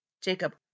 Jacob